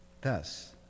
Thus